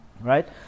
Right